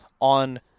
on